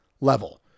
level